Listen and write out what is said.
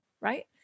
right